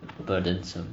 burdensome